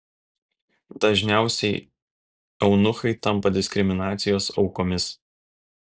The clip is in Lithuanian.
dažniausiai eunuchai tampa diskriminacijos aukomis